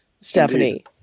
Stephanie